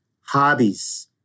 Hobbies